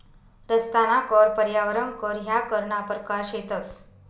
रस्ताना कर, पर्यावरण कर ह्या करना परकार शेतंस